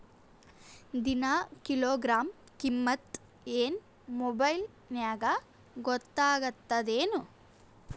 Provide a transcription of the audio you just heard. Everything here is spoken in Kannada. ದಿನಾ ಕಿಲೋಗ್ರಾಂ ಕಿಮ್ಮತ್ ಏನ್ ಮೊಬೈಲ್ ನ್ಯಾಗ ಗೊತ್ತಾಗತ್ತದೇನು?